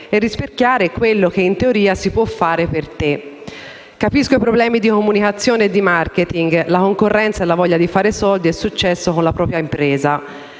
di rispecchiare quello che in teoria si può fare per lui. Capisco i problemi di comunicazione e *marketing*, la concorrenza e la voglia di fare soldi e successo con la propria impresa.